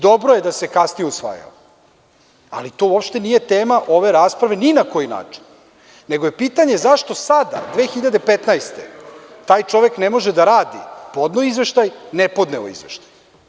Dobro je da se kasnije usvajao, ali to uopšte nije tema ove rasprave ni na koji način, nego je pitanje zašto sada 2015. godine taj čovek ne može da radi, podneo izveštaj, ne podneo izveštaj.